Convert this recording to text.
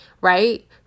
right